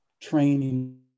training